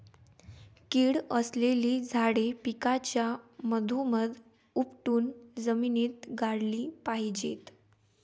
कीड असलेली झाडे पिकाच्या मधोमध उपटून जमिनीत गाडली पाहिजेत